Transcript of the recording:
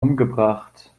umgebracht